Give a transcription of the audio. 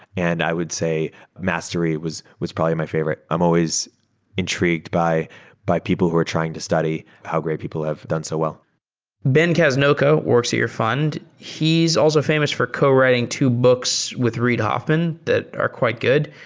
and i would say mastery was was probably my favorite. i'm always intrigued by by people who are trying to study how great people have done so well ben casnocha works at your fund. he's also famous for co-writing two books with reid hoffman that are quite good.